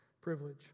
privilege